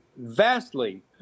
Vastly